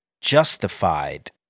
justified